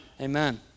Amen